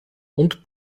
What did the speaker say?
und